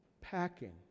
packing